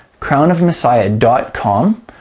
crownofmessiah.com